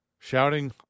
shouting